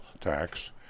tax